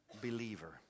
believer